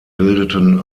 bildeten